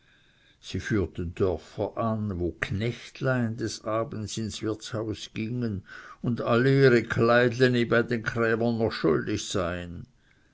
sie führten dörfer an wo knechtlein des abends ins wirtshaus gingen und alle ihre kleidleni bei den krämern noch schuldig seien